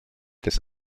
des